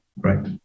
Right